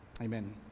Amen